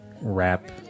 rap